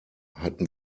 hatten